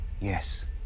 Yes